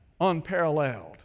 unparalleled